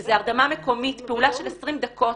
שזה הרדמה מקומית, פעולה של 20 דקות,